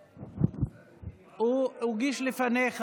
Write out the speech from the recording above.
הוא הגיש לפניך.